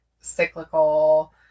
cyclical